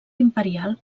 imperial